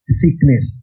sickness